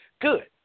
good